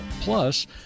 Plus